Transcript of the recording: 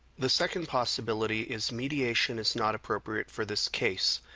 the second possibility is mediation is not appropriate for this case.